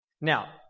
Now